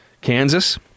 Kansas